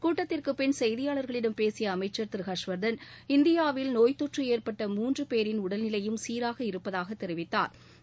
கூட்டத்திற்குப் பின் செய்தியாளர்களிடம் பேசிய அமைச்ச் திரு ஹர்ஷவர்தன் இந்தியாவில் நோய்த்தொற்று ஏற்பட்ட மூன்று பேரின் உடல்நிலையும் சீராக இருப்பதாகத் தெரிவித்தாா்